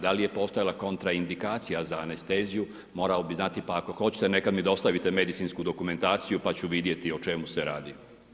Da li je postojala kontraindikacija za anesteziju, morao bi dati, pa ako hoćete neka mi dostavite medicinsku dokumentaciju, pa ću vidjeti o čemu se radi.